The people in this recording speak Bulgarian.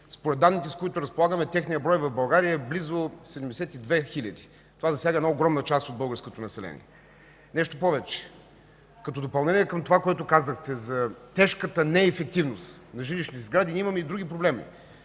Според данните, с които разполагаме, техният брой в България е близо 72 хиляди. Това засяга огромна част от българското население. Нещо повече, като допълнение към това, което казахте за тежката неефективност на жилищни сгради, имаме и други проблеми.